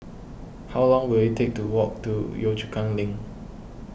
how long will it take to walk to Yio Chu Kang Link